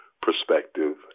perspective